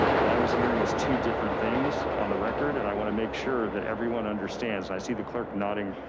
what i was hearing is two different things on the record and i wanna make sure that everyone understands, i see the clerk nodding,